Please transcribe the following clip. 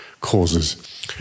causes